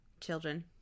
children